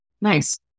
nice